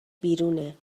بیرونه